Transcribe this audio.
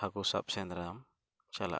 ᱦᱟᱹᱠᱩ ᱥᱟᱵ ᱥᱮᱸᱫᱽᱨᱟ ᱪᱟᱞᱟᱜᱼᱟ